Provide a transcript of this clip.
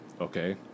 okay